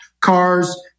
cars